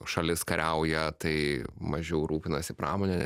šalis kariauja tai mažiau rūpinasi pramone